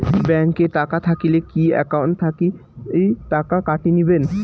Bank এ টাকা থাকিলে কি একাউন্ট থাকি টাকা কাটি নিবেন?